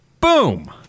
Boom